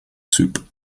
soup